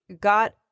got